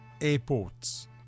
airports